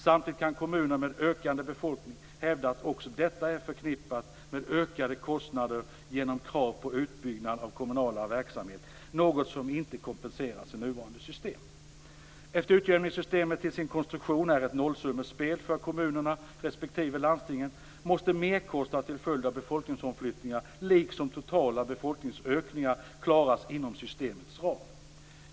Samtidigt kan kommuner med en ökande befolkning hävda att också detta är förknippat med ökade kostnader genom krav på en utbyggnad av den kommunala verksamheten, något som inte kompenseras i nuvarande system. Eftersom utjämningssystemet till sin konstruktion är ett nollsummespel för kommunerna respektive landstingen måste merkostnader till följd av befolkningsomflyttningar liksom totala befolkningsökningar klaras inom systemets ram.